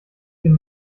dem